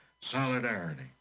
solidarity